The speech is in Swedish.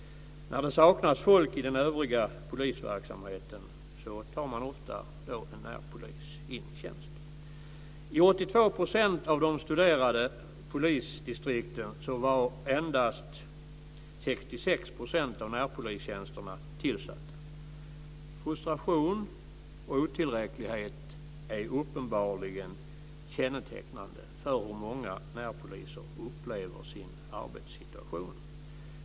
När det saknas folk i den övriga polisverksamheten tar man ofta in en närpolis i tjänst. I 82 % av de studerade polisdistrikten var endast 66 % av närpolistjänsterna tillsatta. Frustration och otillräcklighet är uppenbarligen kännetecknande för hur många närpoliser upplever sin arbetssituation.